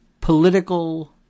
political